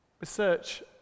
Research